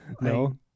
no